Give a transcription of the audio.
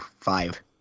Five